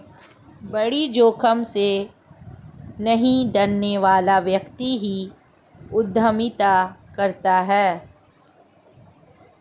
बड़ी जोखिम से नहीं डरने वाला व्यक्ति ही उद्यमिता करता है